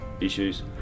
issues